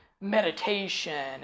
meditation